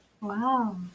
wow